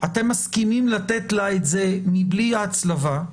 אתם מסכימים לתת לה את זה מבלי ההצלבה,